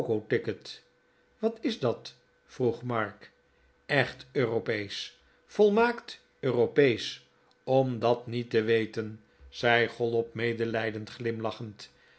ticket wat is dat vroeg mark echt europeesch volmaakt europeesch om dat niet te weten zei chollop medelijdend glimlachend